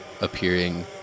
appearing